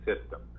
system